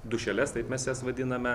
dūšeles taip mes jas vadiname